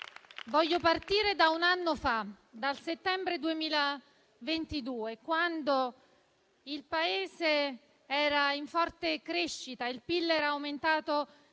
Voglio partire da un anno fa, dal settembre 2022, quando il Paese era in forte crescita, il PIL era aumentato